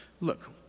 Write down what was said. Look